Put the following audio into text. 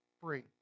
free